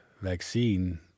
vaccine